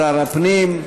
שר הפנים,